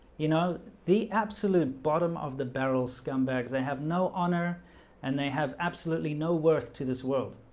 you know the absolute bottom of the barrel scumbags they have no honour and they have absolutely no worth to this world